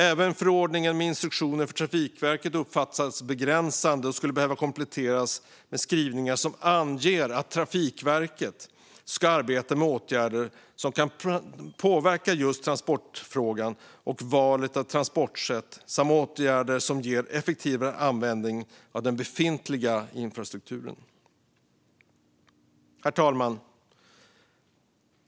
Även förordningen med instruktion för Trafikverket uppfattas begränsande och skulle behöva kompletteras med skrivningar som anger att Trafikverket ska arbeta med åtgärder som kan påverka transportefterfrågan och val av transportsätt samt åtgärder som ger effektivare användning av den befintliga infrastrukturen. Herr talman!